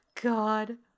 God